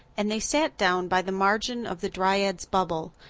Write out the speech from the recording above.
and they sat down by the margin of the dryad's bubble,